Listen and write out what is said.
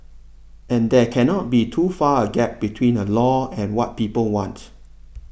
and there cannot be too far a gap between a law and what people want